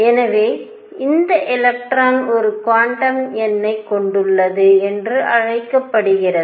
எனவே இந்த எலக்ட்ரான் ஒரு குவாண்டம் எண்ணைக் கொண்டுள்ளது என்று அழைக்கப்படுகிறது